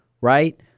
right